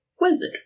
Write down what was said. wizard